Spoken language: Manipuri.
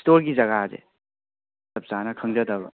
ꯏꯁꯇꯣꯔꯒꯤ ꯖꯒꯥꯗꯤ ꯆꯞꯆꯥꯅ ꯈꯪꯖꯗꯕ